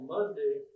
Monday